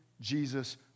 Jesus